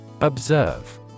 Observe